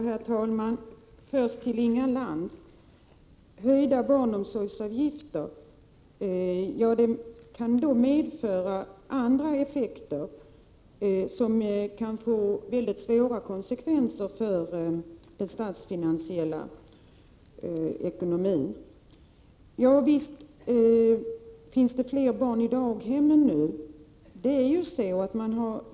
Herr talman! Först till Inga Lantz: Höjda barnomsorgsavgifter kan medföra andra effekter som kan få mycket svåra konsekvenser för statsfinanserna. Ja, visst finns det fler barn i daghemmen nu.